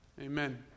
Amen